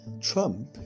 Trump